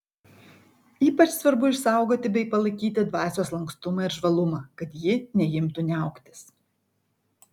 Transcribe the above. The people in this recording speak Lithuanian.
ypač svarbu išsaugoti bei palaikyti dvasios lankstumą ir žvalumą kad ji neimtų niauktis